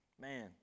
man